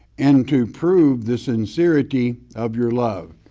and to prove the sincerity of your love.